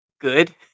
good